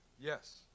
Yes